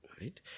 Right